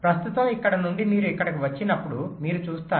ప్రస్తుతం ఇక్కడ నుండి మీరు ఇక్కడకు వచ్చినప్పుడు మీరు చూస్తారు